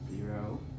Zero